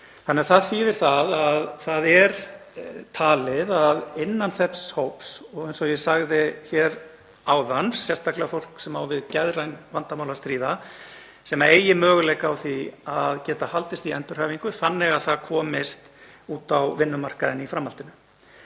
Það þýðir að það er talið að innan þess hóps, eins og ég sagði hér áðan, sé sérstaklega fólk sem á við geðræn vandamál að stríða, sem eigi möguleika á því að geta haldist í endurhæfingu þannig að það komist út á vinnumarkaðinn í framhaldinu.